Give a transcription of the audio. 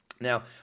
Now